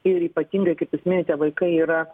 ir ypatingai kaip jūs minite vaikai yra